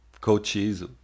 coaches